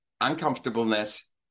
uncomfortableness